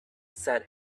said